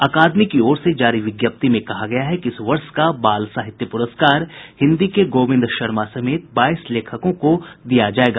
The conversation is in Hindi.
अकादमी की ओर से जारी विज्ञप्ति में कहा गया है कि इस वर्ष का बाल साहित्य पुरस्कार हिन्दी के गोविन्द शर्मा समेत बाईस लेखकों को दिया जायेगा